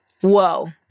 Whoa